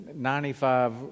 95